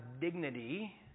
dignity